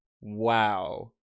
Wow